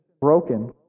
broken